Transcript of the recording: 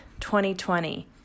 2020